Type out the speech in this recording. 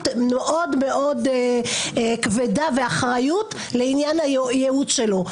מאוד מאוד כבדה ואחריות לעניין הייעוץ שלו.